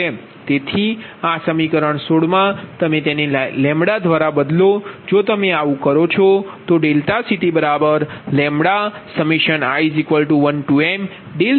તેથી આ સમીકરણ 16 માં તમે તેને દ્વારા બદલો જો તમે આવું કરો છો તો ∆CTλi1m∆Pgiઆ સમીકરણ 17 છે